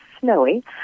snowy